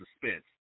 suspense